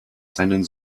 seinen